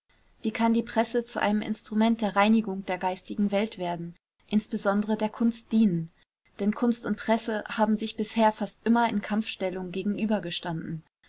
wie kann die presse zu einem instrument der reinigung der geistigen welt werden insbesondere der kunst dienen denn kunst und presse haben sich bisher fast immer in kampfstellung